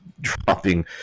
dropping